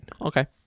okay